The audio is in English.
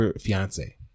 fiance